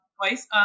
Twice